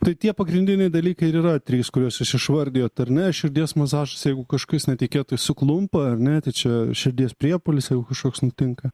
tai tie pagrindiniai dalykai ir yra trys kuriuos jūs išvardijot ar ne širdies masažas jeigu kažkas netikėtai suklumpa ar ne tai čia širdies priepuolis jeigu kažkoks nutinka